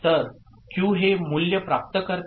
तर Q हे मूल्य प्राप्त करते